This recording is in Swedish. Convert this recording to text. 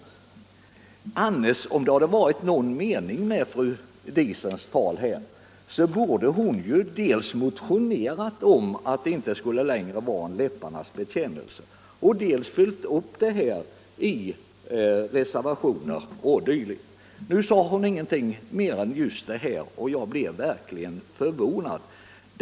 Om det hade varit någon mening med fru Diesens tal här om att invandrarpolitiken inte bara skall vara någon läpparnas bekännelse borde hon dels ha motionerat, dels följt upp sina krav i reservationer. Nu sade hon ingenting mer än just detta, och jag blev verkligen förvånad.